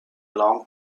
long